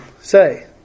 say